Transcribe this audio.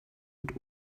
mit